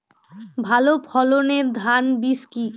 ভালো ফলনের ধান বীজ কি?